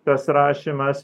tas rašymas